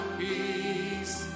peace